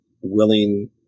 willing